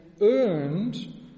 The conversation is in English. earned